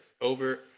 Over